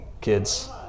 kids